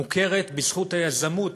מוכרת בזכות היזמות,